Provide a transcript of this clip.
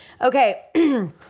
Okay